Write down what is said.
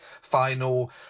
final